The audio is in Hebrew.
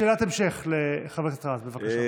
שאלת המשך לחבר הכנסת רז, בבקשה.